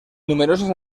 numerosas